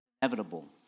inevitable